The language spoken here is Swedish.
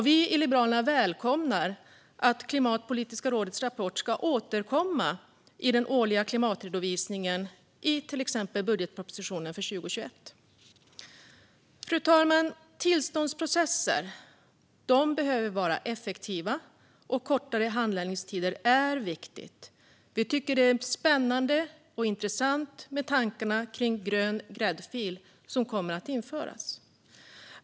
Vi i Liberalerna välkomnar att Klimatpolitiska rådets rapport ska återkomma i den årliga klimatredovisningen i till exempel budgetpropositionen för 2021. Fru talman! Tillståndsprocesser behöver vara effektiva, och det är viktigt med kortare handläggningstider. Vi tycker att det är spännande och intressant med tankarna om en grön gräddfil som kommer att införas.